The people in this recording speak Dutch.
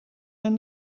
mijn